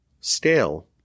scale